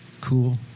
cool